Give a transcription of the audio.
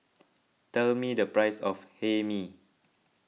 tell me the price of Hae Mee